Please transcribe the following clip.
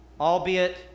albeit